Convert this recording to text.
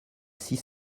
six